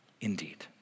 Indeed